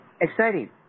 exciting